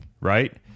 right